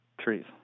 Trees